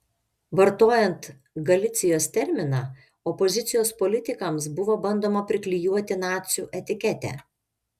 vartojant galicijos terminą opozicijos politikams buvo bandoma priklijuoti nacių etiketę